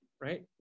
right